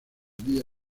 día